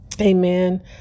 Amen